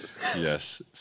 Yes